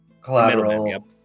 collateral